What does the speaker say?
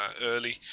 early